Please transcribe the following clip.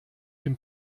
dem